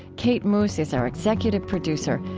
kate moos is our executive producer.